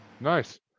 Nice